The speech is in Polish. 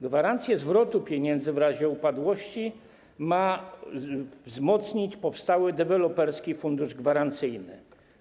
Gwarancje zwrotu pieniędzy w razie upadłości ma wzmocnić powstały Deweloperski Fundusz Gwarancyjny.